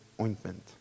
ointment